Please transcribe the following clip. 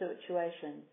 situation